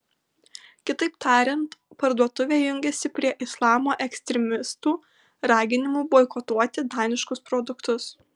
kitaip tariant parduotuvė jungiasi prie islamo ekstremistų raginimų boikotuoti daniškus produktus